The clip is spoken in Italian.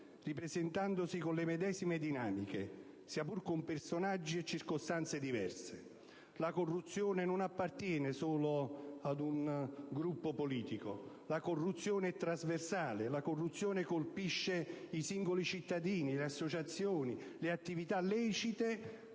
ripresentandosi con le medesime dinamiche, sia pure con personaggi e circostanze diverse. La corruzione non appartiene ad un solo gruppo politico. È trasversale, colpisce i singoli cittadini, le associazioni, le attività lecite